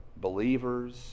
believers